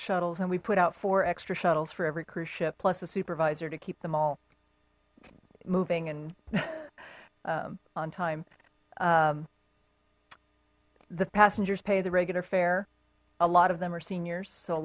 shuttles and we put out for extra shuttles for every cruise ship plus a supervisor to keep them all moving and on time the passengers pay the regular fare a lot of them are seniors so